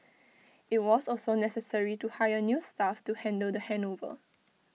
IT was also necessary to hire new staff to handle the handover